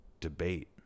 debate